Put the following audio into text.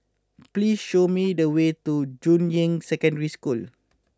please show me the way to Juying Secondary School